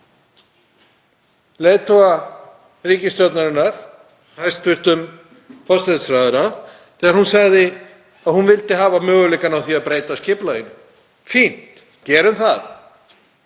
leiðtoga ríkisstjórnarinnar, hæstv. forsætisráðherra, þegar hún sagði að hún vildi hafa möguleikann á því að breyta skipulaginu. Fínt, gerum það,